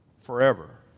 Forever